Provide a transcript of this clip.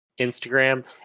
Instagram